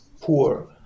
poor